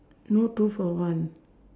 no two for one